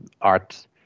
art